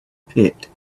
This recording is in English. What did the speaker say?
pit